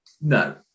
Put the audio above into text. no